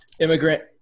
Immigrant